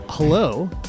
Hello